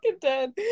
dead